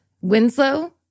Winslow